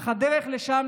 אך הדרך לשם,